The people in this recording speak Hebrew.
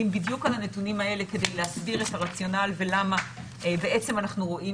בדיוק על הנתונים האלה כדי להסביר את הרציונל ולמה בעצם אנחנו רואים